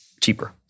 cheaper